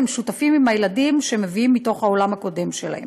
שהם משתפים עם הילדים מה שהם מביאים מהעולם הקודם שלהם.